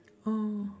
oh